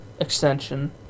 extension